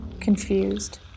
confused